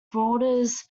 borders